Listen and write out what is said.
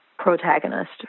Protagonist